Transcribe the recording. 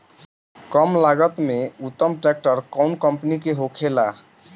कम लागत में उत्तम ट्रैक्टर कउन कम्पनी के होखेला?